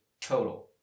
total